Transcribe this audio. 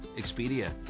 Expedia